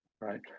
right